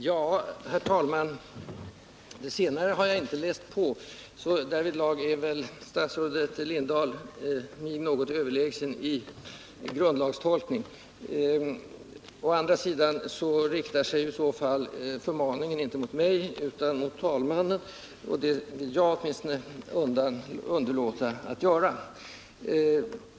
Herr talman! Det senare har jag faktiskt inte läst på, så när det gäller hänvisning till grundlagen har väl statsrådet Lindahl i detta stycke för ögonblicket ett övertag. Men i så fall riktas förmaningen inte mot mig utan mot talmannen, vilket i varje fall jag inte vill vara med på.